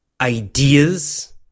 ideas